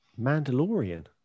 Mandalorian